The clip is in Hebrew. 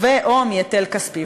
ו/או מהיטל כספי.